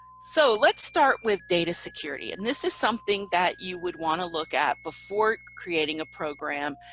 so let's start with data security. and this is something that you would want to look at before creating a program.